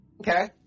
Okay